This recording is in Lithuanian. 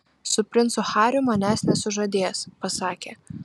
su princu hariu manęs nesužadės pasakė